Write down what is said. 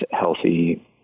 healthy